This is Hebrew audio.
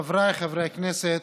חבריי חברי הכנסת,